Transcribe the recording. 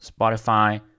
Spotify